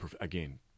again